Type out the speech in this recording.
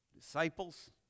Disciples